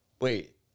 wait